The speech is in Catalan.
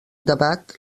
debat